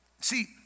See